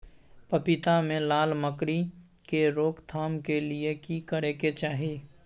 पपीता मे लाल मकरी के रोक थाम के लिये की करै के चाही?